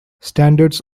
standards